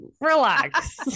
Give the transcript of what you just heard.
relax